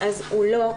אז הוא לא.